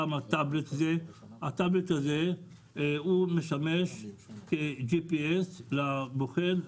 פעם הטאבלט הזה הוא מסמס GPS לבוחן,